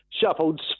shuffled